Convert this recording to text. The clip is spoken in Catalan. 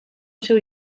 seu